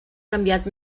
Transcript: canviat